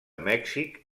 mèxic